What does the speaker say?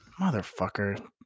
Motherfucker